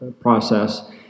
process